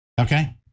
okay